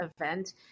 event